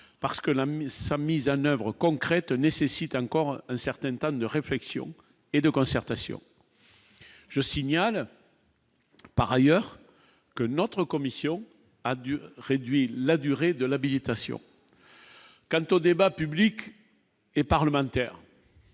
parce que la sa mise, Hanovre concrète nécessite encore un certain temps de réflexion et de concertation, je signale par ailleurs que notre commission a dû réduire la durée de l'habilitation. Quant au débat public et parlementaire.